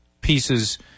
pieces